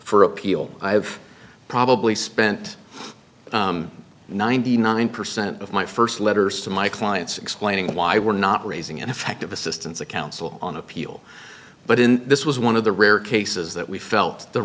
for appeal i have probably spent ninety nine percent of my first letters to my clients explaining why we're not raising ineffective assistance of counsel on appeal but in this was one of the rare cases that we felt the